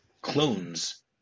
clones